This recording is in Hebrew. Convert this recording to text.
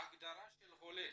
ההגדרה של חולה